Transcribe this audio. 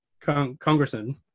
congressman